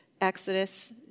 Exodus